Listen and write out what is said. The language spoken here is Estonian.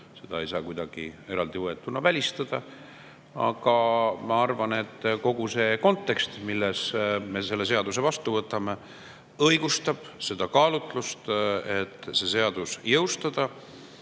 seda ei saa kuidagi välistada. Aga ma arvan, et kogu see kontekst, milles me selle seaduse vastu võtame, õigustab seda kaalutlust, et see seadus jõustada